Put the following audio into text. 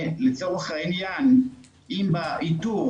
לצורך העניין, אם באיתור